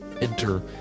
enter